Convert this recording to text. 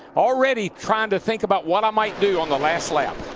already trying to think about what i might do on the last lap.